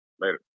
Later